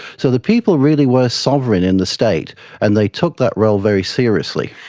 so the people really were sovereign in the state and they took that role very seriously.